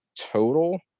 total